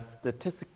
statistics